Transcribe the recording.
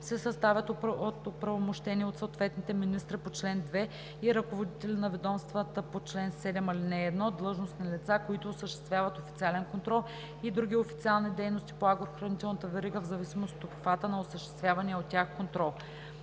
се съставят от оправомощени от съответните министри по чл. 2 и ръководители на ведомствата по чл. 7, ал. 1 длъжностни лица, които осъществяват официален контрол и други официални дейности по агрохранителната верига, в зависимост от обхвата на осъществявания от тях контрол.